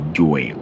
joy